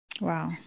Wow